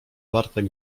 bartek